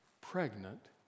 pregnant